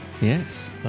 Yes